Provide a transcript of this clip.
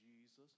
Jesus